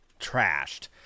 trashed